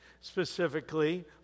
Specifically